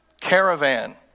caravan